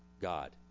god